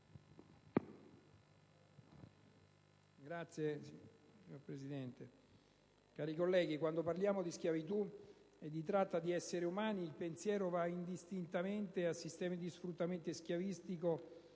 Signora Presidente, onorevoli colleghi, quando parliamo di schiavitù e di tratta di esseri umani il pensiero va indistintamente a sistemi di sfruttamento e schiavistici